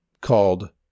called